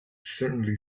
certainly